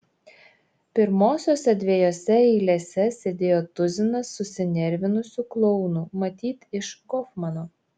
pirmosiose dviejose eilėse sėdėjo tuzinas susinervinusių klounų matyt iš gofmano